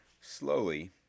Slowly